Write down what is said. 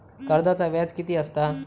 कर्जाचा व्याज कीती असता?